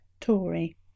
Tory